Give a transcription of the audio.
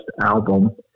album